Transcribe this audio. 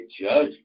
judge